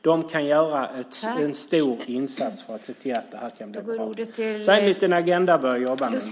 De kan göra en stor insats för att se till att det hela går bra. Det är en liten agenda att börja med.